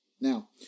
now